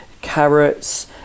Carrots